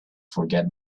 forget